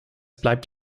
bleibt